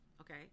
okay